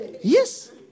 Yes